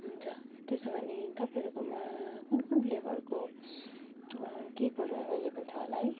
हुन्छ तेसो भने तपाईँहरूकोमा कुन कुन फ्लेबरको केकहरू एभाइलेबल छ होला है